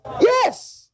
Yes